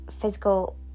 physical